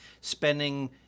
spending